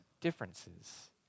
differences